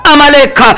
Amalek